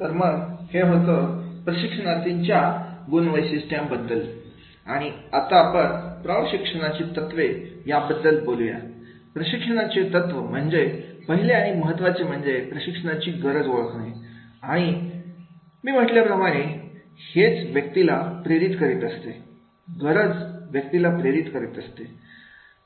तर मग हे होतं प्रशिक्षणार्थी च्या गुणवैशिष्टे बद्दल आणि आता आपण प्रौढ शिक्षणाची तत्वे याबद्दल बोलूया प्रशिक्षणाच्या तत्व मध्ये पहिले आणि महत्त्वाचं म्हणजे प्रशिक्षणाची गरज ओळखणे आणि मी म्हटल्याप्रमाणे हेच व्यक्तीला प्रेरित करीत असते गरज व्यक्तीला प्रेरित करीत असते